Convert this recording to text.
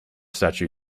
statue